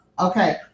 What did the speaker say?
okay